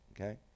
Okay